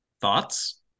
Thoughts